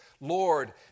Lord